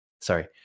Sorry